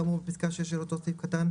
כאמור בפסקה (6) של אותו סעיף קטן,